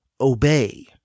obey